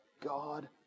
God